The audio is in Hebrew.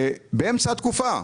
באמצע התקופה,